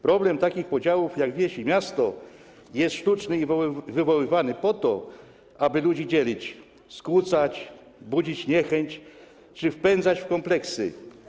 Problem podziału na wieś i miasto jest sztuczny i wywoływany po to, aby ludzi dzielić, skłócać, budzić niechęć czy wpędzać w kompleksy.